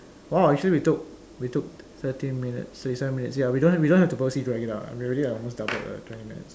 !wow! actually we took we took thirty minutes thirty seven minutes ya we don't we don't have to purposely drag it out lah we already uh almost doubled the twenty minutes